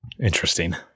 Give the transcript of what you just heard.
Interesting